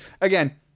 again